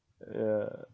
ya